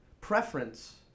preference